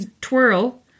twirl